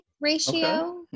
ratio